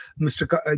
Mr